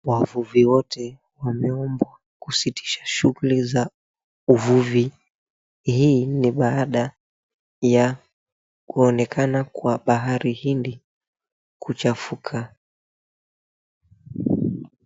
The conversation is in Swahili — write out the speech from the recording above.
Wavuvi wote wameombwa kusitisha shughuli za uvuvi. Hii ni baada ya kuonekana kwa bahari Hindi kuchafuka.